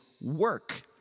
work